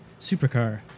supercar